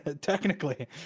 technically